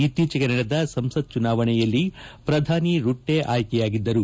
ಇತ್ತೀಚೆಗೆ ನಡೆದ ಸಂಸತ್ ಚುನಾವಣೆಯಲ್ಲಿ ಪ್ರಧಾನಮಂತ್ರಿ ರುಟ್ಟೆ ಆಯ್ಲೆಯಾಗಿದ್ದರು